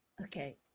Okay